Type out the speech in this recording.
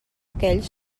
aquells